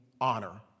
honor